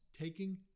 taking